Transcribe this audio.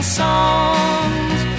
songs